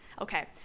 Okay